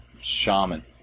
Shaman